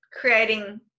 creating –